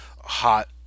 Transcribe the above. hot